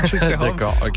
d'accord